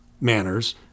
manners